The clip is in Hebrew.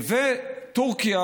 וטורקיה,